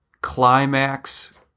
climax